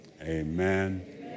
Amen